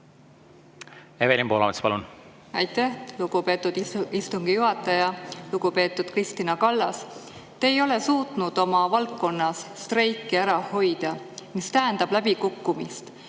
Evelin Poolamets, palun! Aitäh, lugupeetud istungi juhataja! Lugupeetud Kristina Kallas! Te ei ole suutnud oma valdkonnas streiki ära hoida, mis tähendab läbikukkumist.